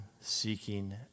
seeking